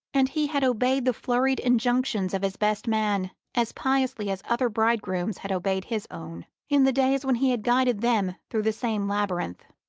and he had obeyed the flurried injunctions of his best man as piously as other bridegrooms had obeyed his own, in the days when he had guided them through the same labyrinth.